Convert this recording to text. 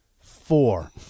Four